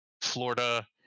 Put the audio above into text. Florida